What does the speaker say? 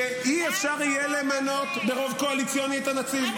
שלא יהיה אפשר למנות ברוב קואליציוני את הנציב.